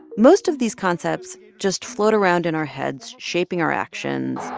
most of these concepts just float around in our heads, shaping our actions,